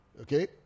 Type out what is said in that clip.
Okay